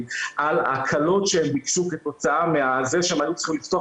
על ההקלות שהם ביקשו כתוצאה מזה שהם היו צריכים לפתוח